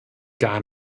gar